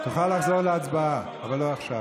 תוכל לחזור להצבעה, אבל לא עכשיו.